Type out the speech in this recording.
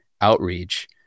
outreach